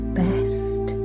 best